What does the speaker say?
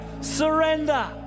surrender